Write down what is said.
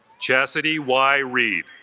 chasity y reid